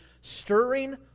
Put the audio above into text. stirring